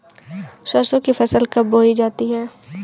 सरसों की फसल कब बोई जाती है?